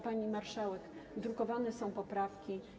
Pani marszałek, drukowane są poprawki.